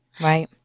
Right